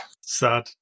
Sad